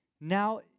Now